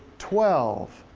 twelve,